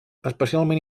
especialment